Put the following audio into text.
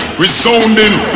resounding